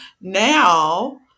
now